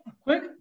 Quick